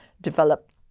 develop